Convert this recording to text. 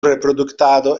reproduktado